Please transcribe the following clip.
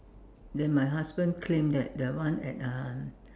then my husband claim that that one at uh